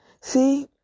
See